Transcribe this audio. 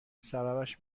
سببش